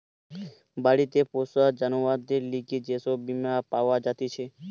বাড়িতে পোষা জানোয়ারদের লিগে যে সব বীমা পাওয়া জাতিছে